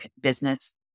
business